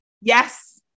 Yes